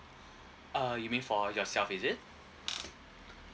uh you mean for yourself is it